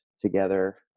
together